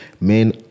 Men